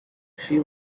she